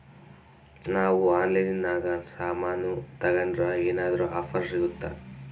ನಾವು ಆನ್ಲೈನಿನಾಗ ಸಾಮಾನು ತಗಂಡ್ರ ಏನಾದ್ರೂ ಆಫರ್ ಸಿಗುತ್ತಾ?